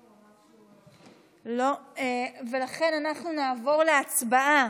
לא, ולכן, אנחנו נעבור להצבעה.